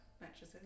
mattresses